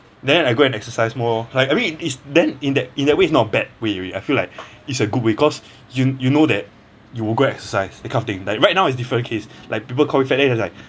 then I go and exercise more lor like I mean is then in that in that way is not bad way already I feel like it's a good way cause you you know that you will go exercise that kind of thing but right now is different case like people call you fat then you like